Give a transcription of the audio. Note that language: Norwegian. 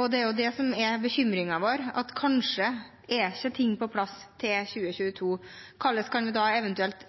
Og det er jo det som bekymringen vår, at ting kanskje ikke er på plass til 2022. Hvordan kan vi da eventuelt